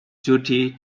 duty